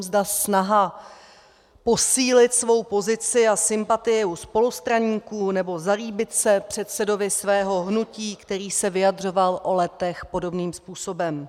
Zda snaha posílit svou pozici a sympatii u spolustraníků nebo zalíbit se předsedovi svého hnutí, který se vyjadřoval o Letech podobným způsobem.